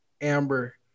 Amber